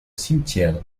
cimetière